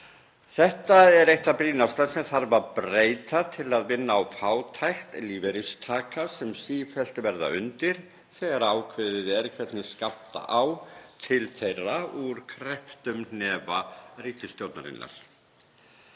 Þetta er eitt það brýnasta sem þarf að breyta til að vinna á fátækt lífeyristaka sem sífellt verða undir þegar ákveðið er hvernig skammtað á til þeirra úr krepptum hnefa ríkisstjórnarinnar.